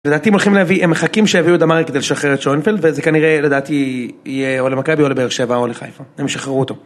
לדעתי הם הולכים להביא, הם מחכים שהביאו דמרי כדי לשחרר את שונפלד וזה כנראה לדעתי יהיה או למכאבי או לבאר שבע או לחיפה אם ישחררו אותו